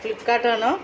ഫ്ലിപ്കാർട്ടാണോ